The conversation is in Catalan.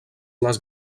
les